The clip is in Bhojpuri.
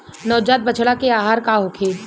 नवजात बछड़ा के आहार का होखे?